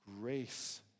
Grace